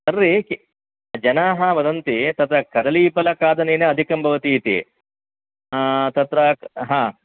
सर्वे के जनाः वदन्ति तद् कदलीफलखादनेन अधिकं भवति इति ह तत्र ह